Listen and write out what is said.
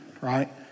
right